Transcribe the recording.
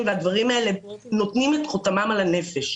והדברים האלה נותנים את חותמם על הנפש.